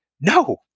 no